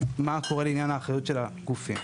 מה קורה לעניין האחריות של הגופים.